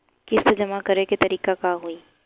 किस्त जमा करे के तारीख का होई?